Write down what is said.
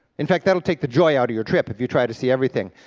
in fact that'll take the joy out of your trip, if you try to see everything.